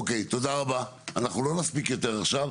אוקי תודה אנחנו לא נספיק יותר עכשיו.